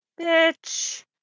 Bitch